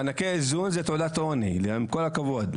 מענקי איזון זו תעודת עוני לישובים עם כל הכבוד.